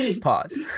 pause